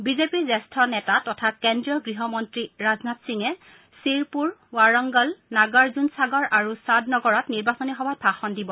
বিজেপিৰ জ্যেষ্ঠ নেতা তথা কেন্দ্ৰীয় গৃহমন্ত্ৰী ৰাজনাথ সিঙে চিৰপুৰ বাৰাংগল নাগাৰ্জুনসাগৰ আৰু শ্বাদনগৰত নিৰ্বাচনী সভাত ভাষণ দিব